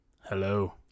Hello